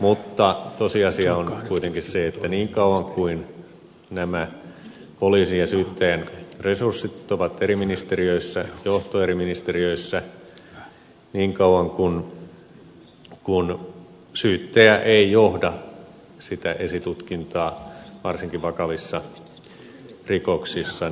mutta tosiasia on kuitenkin se että niin kauan kuin nämä poliisin ja syyttäjän resurssit ovat eri ministeriöissä johto eri ministeriöissä niin kauan kuin syyttäjä ei johda esitutkintaa varsinkaan vakavissa rikoksissa